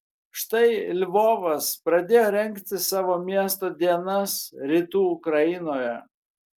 štai lvovas pradėjo rengti savo miesto dienas rytų ukrainoje